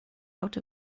out